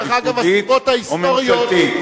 הסיבות ההיסטוריות,